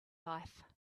life